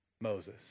Moses